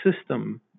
system